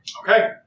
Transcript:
Okay